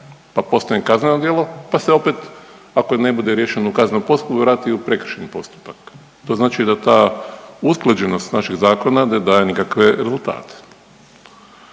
pa postane kazneno djelo, pa se opet ako ne bude riješeno u kaznenom postupku vrati u prekršajni postupak. To znači da ta usklađenost naših zakona ne daje nikakve rezultate.